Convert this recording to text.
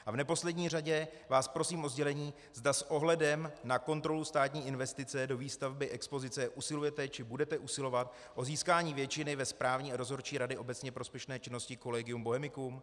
A v neposlední řadě vás prosím o sdělení, zda s ohledem na kontrolu státní investice do výstavby expozice usilujete či budete usilovat o získání většiny ve správní a dozorčí radě obecně prospěšné činnosti Collegium Bohemicum.